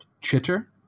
chitter